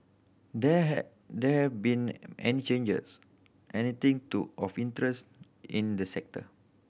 there have there have been any changes anything to of interest in the sector